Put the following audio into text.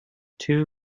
two